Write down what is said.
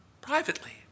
privately